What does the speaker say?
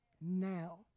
now